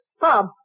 Bob